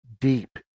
deep